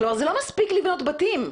זה לא מספיק לבנות בתים.